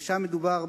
ושם מדובר,